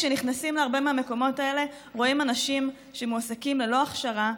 כשנכנסים להרבה מהמקומות האלה רואים אנשים שמועסקים ללא הכשרה,